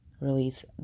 release